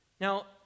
Now